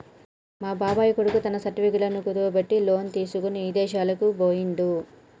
మా బాబాయ్ కొడుకు తన సర్టిఫికెట్లను కుదువబెట్టి లోను తీసుకొని ఇదేశాలకు బొయ్యిండు